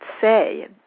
say